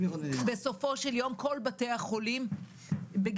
בסופו של יום כל בתי החולים בגירעון.